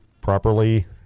properly